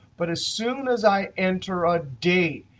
but as soon as i enter a date,